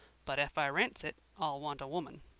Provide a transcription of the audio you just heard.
but ef i rents it i'll want a woman.